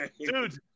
Dude